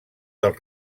del